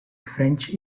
french